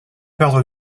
perdre